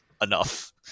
enough